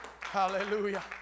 Hallelujah